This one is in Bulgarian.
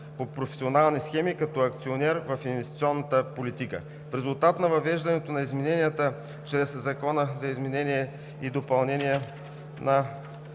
по професионални схеми като акционер в инвестиционната политика. В резултат на въвеждането на измененията чрез Закона за изменение и допълнение на